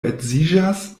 edziĝas